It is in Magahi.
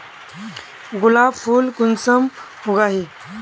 गुलाब फुल कुंसम उगाही?